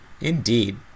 Indeed